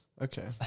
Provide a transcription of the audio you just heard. Okay